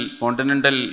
continental